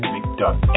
McDuck